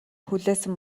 хүлээсэн